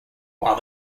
while